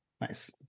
Nice